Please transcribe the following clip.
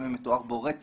גם אם מתואר בו רצח,